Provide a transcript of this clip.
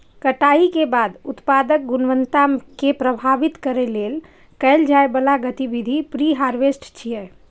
कटाइ के बाद उत्पादक गुणवत्ता कें प्रभावित करै लेल कैल जाइ बला गतिविधि प्रीहार्वेस्ट छियै